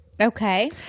Okay